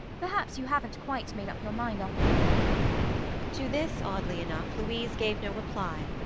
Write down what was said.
perhaps you haven't quite made up your mind, after all to this, oddly enough, louise gave no reply.